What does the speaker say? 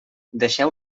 deixeu